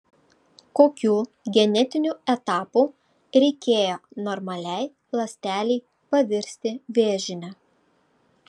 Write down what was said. kokių genetinių etapų reikėjo normaliai ląstelei pavirsti vėžine